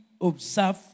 observe